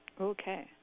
Okay